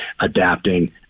adapting